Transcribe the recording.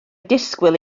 disgwyl